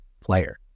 player